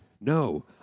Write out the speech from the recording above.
No